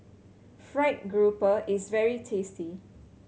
fried grouper is very tasty